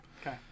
Okay